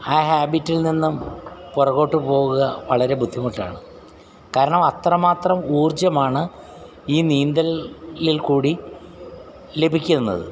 ആ ഹാബിറ്റിൽ നിന്നും പുറകോട്ട് പോവുക വളരെ ബുദ്ധിമുട്ടാണ് കാരണം അത്രമാത്രം ഊർജ്ജമാണ് ഈ നീന്തലില്ക്കൂടി ലഭിക്കുന്നത്